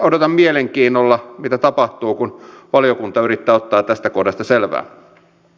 odotan mielenkiinnolla mitä tapahtuu kun valiokunta yrittää ottaa tästä kohdasta selvää